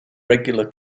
regular